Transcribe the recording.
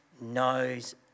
knows